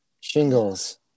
shingles